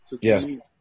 Yes